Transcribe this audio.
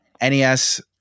NES